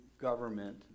government